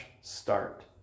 start